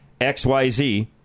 XYZ